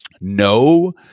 No